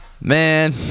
Man